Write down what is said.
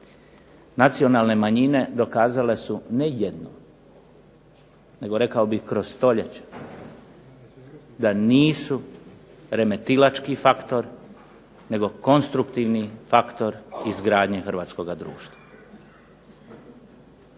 Nacionalne manjine dokazale su ne jednom nego rekao bih kroz stoljeća da nisu remetilački faktor nego konstruktivni faktor izgradnje hrvatskoga društva.